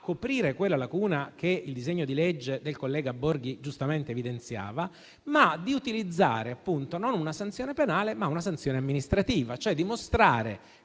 coprire quella lacuna che il disegno di legge del collega Borghi giustamente evidenziava, ma utilizzando non una sanzione penale, bensì una sanzione amministrativa, così dimostrando